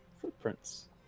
footprints